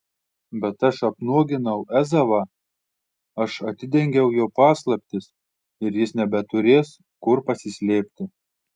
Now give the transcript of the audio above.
bet aš apnuoginau ezavą aš atidengiau jo paslaptis ir jis nebeturės kur pasislėpti